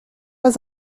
pas